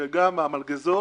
שגם המלגזות